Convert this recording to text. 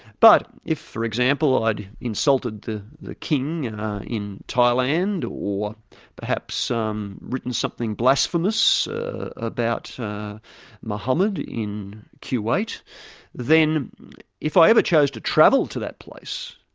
but if for example i'd insulted the the king in thailand or perhaps written something blasphemous about mohammed in kuwait, then if i ever chose to travel to that place,